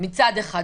מצד אחד.